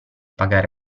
pagare